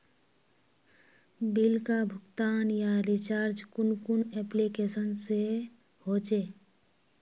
Bill का भुगतान या रिचार्ज कुन कुन एप्लिकेशन से होचे?